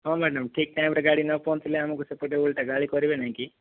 ହଁ ମ୍ୟାଡାମ ଠିକ ଟାଇମରେ ଗାଡ଼ି ନ ପହଞ୍ଚିଲେ ଆମକୁ ସେପଟେ ଓଲଟା ଗାଳି କରିବେ ନାହିଁ କି